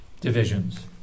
divisions